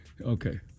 Okay